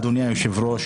אדוני היושב ראש,